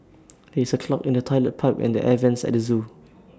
there is A clog in the Toilet Pipe and the air Vents at the Zoo